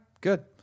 good